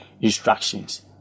instructions